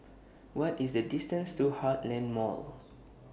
What IS The distance to Heartland Mall